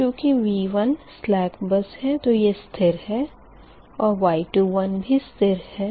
चूँकि V1 slack bus है तो यह स्थिर है और Y21 भी स्थिर है